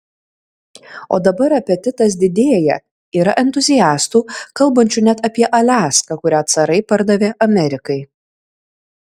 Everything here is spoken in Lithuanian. o dabar apetitas didėja yra entuziastų kalbančių net apie aliaską kurią carai pardavė amerikai